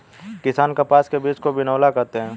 किसान कपास के बीज को बिनौला कहते है